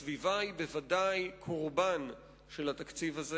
הסביבה היא ודאי קורבן של התקציב הזה.